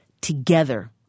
together